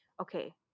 Okay